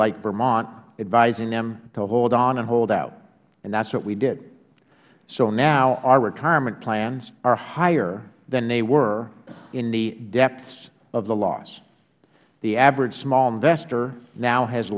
like vermont advising them to hold on and hold out and that is what we did so now our retirement plans are higher than they were in the depths of the loss the average small investor now has